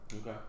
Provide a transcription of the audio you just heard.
Okay